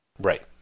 Right